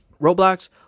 Roblox